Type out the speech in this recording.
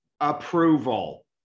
approval